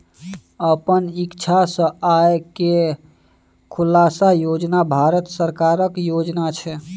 अपन इक्षा सँ आय केर खुलासा योजन भारत सरकारक योजना छै